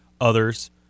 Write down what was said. others